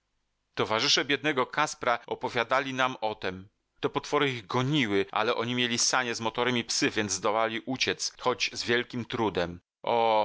towarzysze biednego kaspra opowiadali nam o tem te potwory ich goniły ale oni mieli sanie z motorem i psy więc zdołali uciec choć z wielkim trudem o